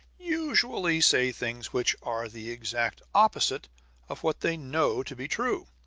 usually say things which are the exact opposite of what they know to be true.